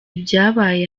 ibyabaye